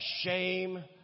shame